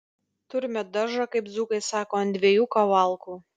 turime daržą kaip dzūkai sako ant dviejų kavalkų